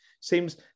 Seems